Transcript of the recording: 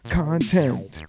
content